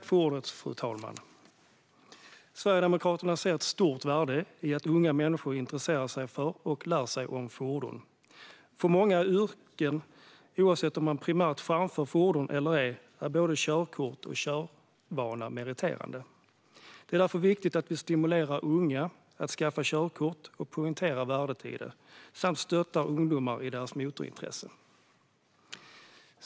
Fru talman! Sverigedemokraterna ser ett stort värde i att unga människor intresserar sig för och lär sig om fordon. För många yrken, oavsett om man primärt framför fordon eller ej, är både körkort och körvana meriterande. Det är därför viktigt att vi stimulerar unga att skaffa körkort och poängterar värdet i det samt stöttar ungdomar i deras motorintresse.